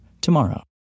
tomorrow